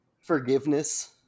forgiveness